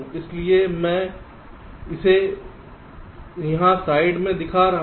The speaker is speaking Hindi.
इसलिए मैं इसे यहां साइड में दिखा रहा हूं